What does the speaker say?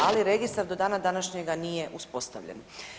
Ali registar do dana današnjega nije uspostavljen.